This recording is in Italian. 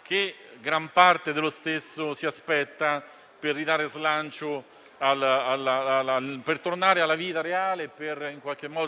che gran parte dello stesso si aspetta per tornare alla vita reale e